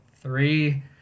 three